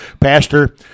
Pastor